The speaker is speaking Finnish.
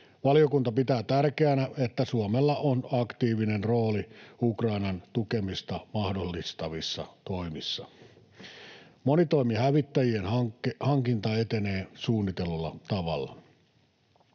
Valiokunta pitää tärkeänä, että Suomella on aktiivinen rooli Ukrainan tukemista mahdollistavissa toimissa. Monitoimihävittäjien hankinta etenee suunnitellulla tavalla.